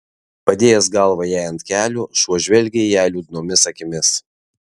padėjęs galvą jai ant kelių šuo žvelgė į ją liūdnomis akimis